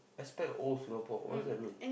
aspect of old Singapore what does that mean